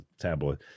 tabloid